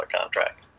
contract